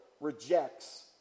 rejects